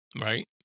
Right